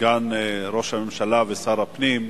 סגן ראש הממשלה ושר הפנים,